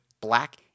black